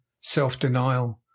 self-denial